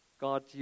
God